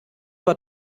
war